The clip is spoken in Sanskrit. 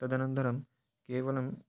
तदनन्तरं केवलं